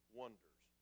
wonders